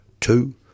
Two